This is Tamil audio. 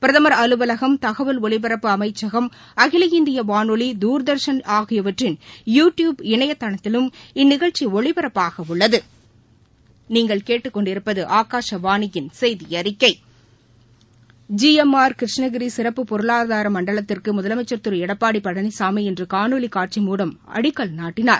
பிரதமா் அலுவலகம் தகவல் ஒலிப்பரப்பு அமைச்சகம் அகில இந்திய வானொலி தூா்தா்ஷன் ஆகியவற்றின் யூ டியூப் இணைதளத்திலும் இந்நிகழ்ச்சி ஒளிபரப்பாக உள்ளது ஜிளம்ஆர் கிருஷ்ணகிரி சிறப்பு பொருளாதார மண்டலத்திற்கு முதலசைமச்சர் திரு எடப்பாடி பழனிசாமி இன்று காணொலி காட்சி மூலம் அடிக்கல் நாட்டினார்